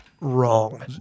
wrong